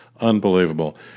Unbelievable